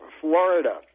Florida